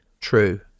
true